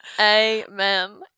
Amen